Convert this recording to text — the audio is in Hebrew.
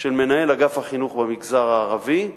של מנהל אגף החינוך במגזר הערבי.